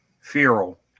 feral